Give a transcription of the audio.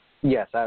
Yes